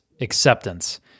acceptance